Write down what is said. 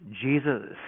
Jesus